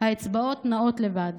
/ האצבעות נעות לבד.